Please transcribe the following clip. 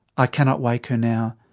i cannot wake her now.